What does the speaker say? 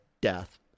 death